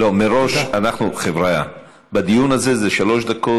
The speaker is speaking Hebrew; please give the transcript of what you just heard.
מראש, חבריא, בדיון הזה זה שלוש דקות.